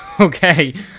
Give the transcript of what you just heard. Okay